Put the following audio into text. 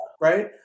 Right